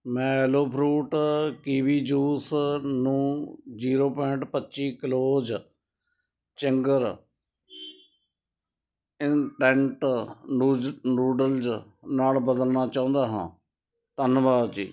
ਮੈਂ aloe fruit kiwi juice ਨੂੰ zero point ਪੱਚੀ ਕਿਲੋਜ਼ ਚਿੰਗਰ ਇੰਸਟੈਂਟ ਨੂਜ ਨੂਡਲਜ਼ ਨਾਲ ਬਦਲਣਾ ਚਾਹੁੰਦਾ ਹਾਂ ਧੰਨਵਾਦ ਜੀ